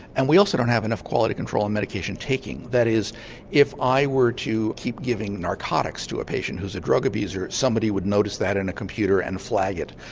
and we also don't have enough quality control on medication taking. that is if i were to keep giving narcotics to a patient who's a drug abuser somebody would notice that in a computer and flag it.